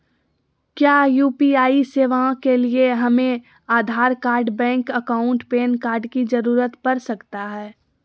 क्या यू.पी.आई सेवाएं के लिए हमें Aadhaar card bank account PAN card की जरूरत पड़ सकता है?